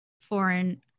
foreign